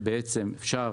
ובעצם אפשר